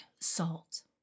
salt